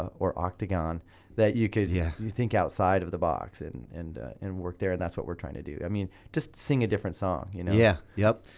or octagon that you could. yeah you think outside of the box and and and work there and that's what we're trying to do. i mean just sing a different so um you know yeah, yup,